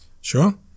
Sure